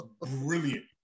brilliant